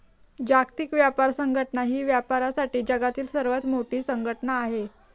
जागतिक व्यापार संघटना ही व्यापारासाठी जगातील सर्वात मोठी संघटना आहे